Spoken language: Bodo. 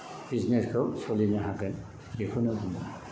बिजिनेसखौ सोलिनो हागोन बेखौनो बुङो